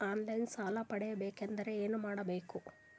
On line ಸಾಲ ಪಡಿಬೇಕಂದರ ಏನಮಾಡಬೇಕು?